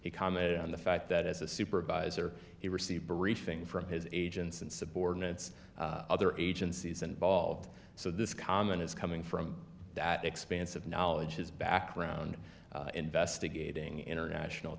he commented on the fact that as a supervisor he received briefings from his agents and subordinates other agencies involved so this comment is coming from that expansive knowledge his background investigating international